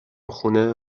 خونه